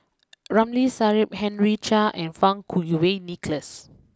Ramli Sarip Henry Chia and Fang Kuo Wei Nicholas